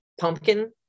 pumpkin